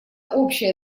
общая